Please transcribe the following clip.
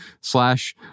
slash